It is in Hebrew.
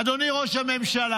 אדוני ראש הממשלה,